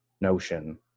notion